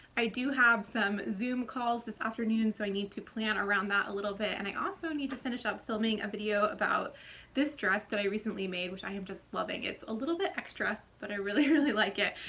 i do have some zoom calls this afternoon, so i need to plan around that a little bit and i also need to finish up filming a video about this dress that i recently made which i am just loving. it's a little bit extra, but i really, really like it.